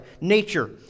nature